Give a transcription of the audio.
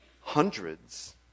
hundreds